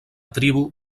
tribu